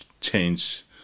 change